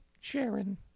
Sharon